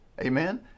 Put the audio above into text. amen